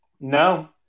No